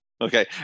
okay